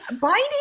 binding